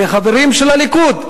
מחברים בליכוד,